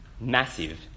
Massive